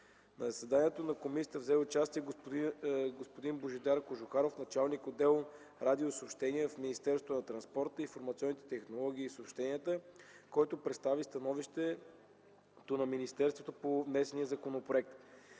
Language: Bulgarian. заседанието на комисията взе участие господин Божидар Кожухаров – началник отдел „Радиосъобщения” в Министерството на транспорта, информационните технологии и съобщенията, който представи становището на министерството по внесения законопроект.